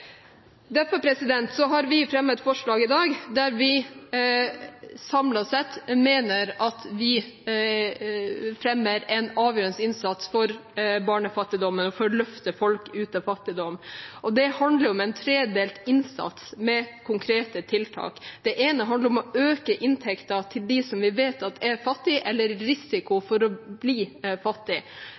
Derfor har vi fremmet forslag i dag der vi mener at vi samlet sett gjør en avgjørende innsats for barnefattigdommen og for å løfte folk ut av fattigdom. Det handler om en tredelt innsats med konkrete tiltak. Det ene handler om å øke inntekten til dem som vi vet er fattige eller dem med risiko for å bli